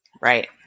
Right